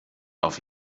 auf